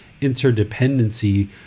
interdependency